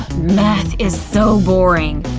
math is so boring.